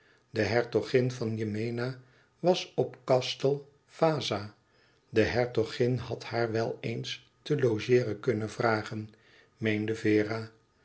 de hertogin van yemena was op castel vaza de hertogin had haar wel eens te logeeren kunnen vragen meende vera